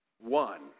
one